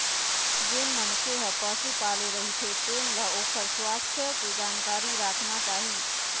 जेन मनखे ह पशु पाले रहिथे तेन ल ओखर सुवास्थ के जानकारी राखना चाही